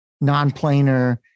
non-planar